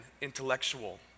intellectual